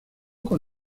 con